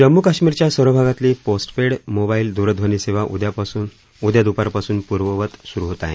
जम्मू कश्मीरच्या सर्व भागातली पोस्ट पेड मोबाईल दूरध्वनी सेवा उदया दुपारपासून पूर्ववत होत आहे